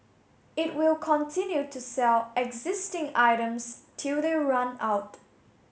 it will continue to sell existing items till they run out